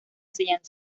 enseñanza